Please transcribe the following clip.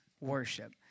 worship